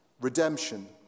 redemption